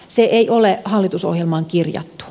sitä ei ole hallitusohjelmaan kirjattu